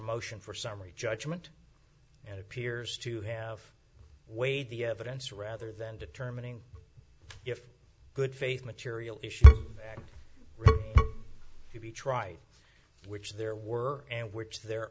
motion for summary judgment and appears to have weighed the evidence rather than determining if good faith material issues that should be tried which there were and which there